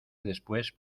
después